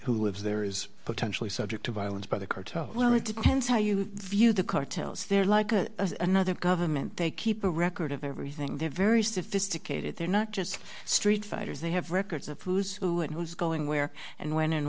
who lives there is potentially subject to violence by the cartels well it depends how you view the cartels they're like a another government they keep a record of everything they're very sophisticated they're not just street fighters they have records of who's who and who's going where and when and